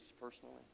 personally